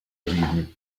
even